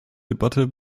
debatte